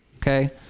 Okay